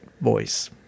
voice